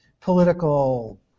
political